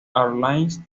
airlines